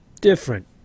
different